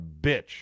bitch